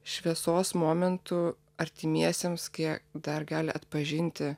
šviesos momentu artimiesiemskai jie dar gali atpažinti